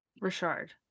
Richard